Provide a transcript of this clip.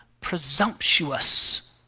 presumptuous